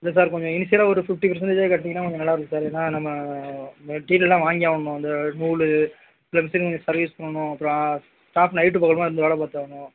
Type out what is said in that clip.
இல்லை சார் கொஞ்சம் இனிஷியலாக ஒரு ஃபிஃப்ட்டி பர்சண்டேஜாவது கட்னிங்கனா கொஞ்சம் நல்லாருக்கும் சார் ஏன்னா நம்ம மெட்டீரியல்லாம் வாங்கியாவணும் இந்த நூலு ப்ளஸ் மிஷினை சர்வீஸ் பண்ணனும் அப்புறோம் ஸ்டாஃப் நைட்டும் பகலுமாக இருந்து வேலை பாத்தாவணும்